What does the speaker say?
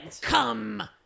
come